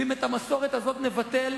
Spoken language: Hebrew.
ואם את המסורת הזאת נבטל,